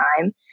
time